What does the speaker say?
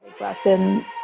lesson